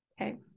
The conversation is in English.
Okay